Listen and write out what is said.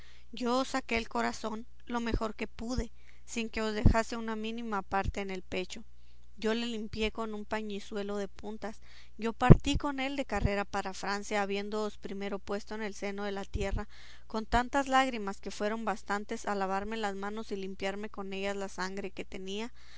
yo os saqué el corazón lo mejor que pude sin que os dejase una mínima parte en el pecho yo le limpié con un pañizuelo de puntas yo partí con él de carrera para francia habiéndoos primero puesto en el seno de la tierra con tantas lágrimas que fueron bastantes a lavarme las manos y limpiarme con ellas la sangre que tenían